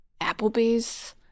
Applebee's